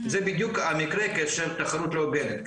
זה בדיוק המקרה כאשר התחרות לא הוגנת.